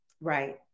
Right